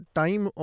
time